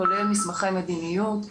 כולל מסמכי מדיניות,